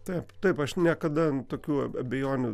taip taip aš niekada tokių abejonių